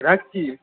রাখছি